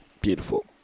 beautiful